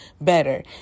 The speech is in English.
better